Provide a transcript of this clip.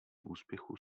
úspěchů